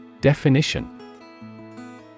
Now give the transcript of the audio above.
Definition